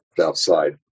outside